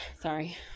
Sorry